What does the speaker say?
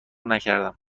نکردم